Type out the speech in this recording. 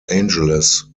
angeles